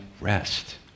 rest